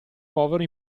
povero